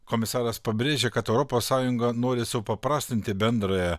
komisaras pabrėžė kad europos sąjunga nori supaprastinti bendrąją